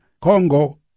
Congo